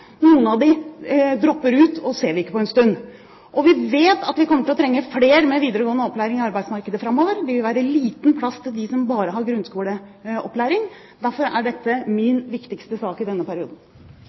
Noen av dem dropper ut, og vi ser dem ikke på en stund. Vi vet at vi kommer til å trenge flere med videregående opplæring i arbeidsmarkedet framover – det vil være liten plass til dem som bare har grunnskoleopplæring. Derfor er dette min